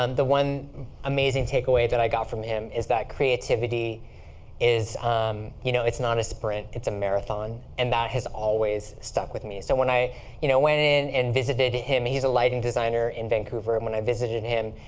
um the one amazing takeaway that i got from him is that creativity is that creativity um you know it's not a sprint, it's a marathon. and that has always stuck with me. so when i you know went in and visited him he's a lighting designer in vancouver. and when i visited him,